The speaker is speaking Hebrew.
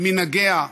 אל מנהגיה,